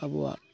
ᱟᱵᱚᱣᱟᱜ